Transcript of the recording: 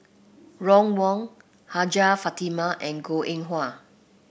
Ron Wong Hajjah Fatimah and Goh Eng Wah